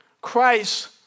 Christ